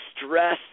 stress